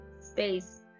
space